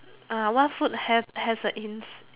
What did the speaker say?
what food have has a in